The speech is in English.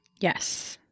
Yes